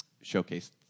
showcase